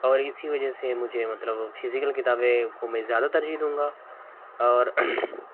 اور اسی وجہ سے مجھے مطلب فزیکل کتابیں کو میں زیادہ ترجیح دوں گا اور